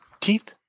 teeth